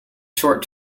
short